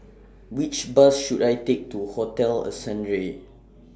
Which Bus should I Take to Hotel Ascendere